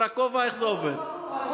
הטרור.